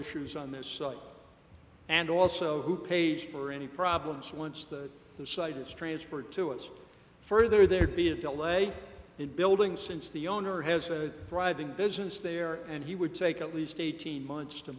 issues on this site and also who pays for any problems once the site is transferred to its further there'd be a delay in building since the owner has a thriving business there and he would take at least eighteen m